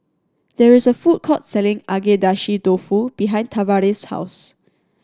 there is a food court selling Agedashi Dofu behind Tavares' house